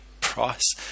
price